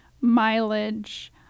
mileage